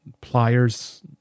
pliers